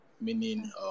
meaning